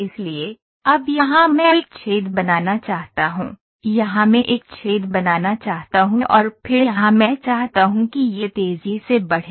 इसलिए अब यहां मैं एक छेद बनाना चाहता हूं यहां मैं एक छेद बनाना चाहता हूं और फिर यहां मैं चाहता हूं कि यह तेजी से बढ़े